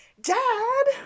Dad